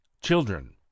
Children